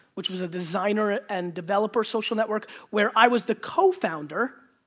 which was a designer and developer social network, where i was the co-founder,